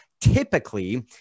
typically